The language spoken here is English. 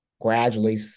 gradually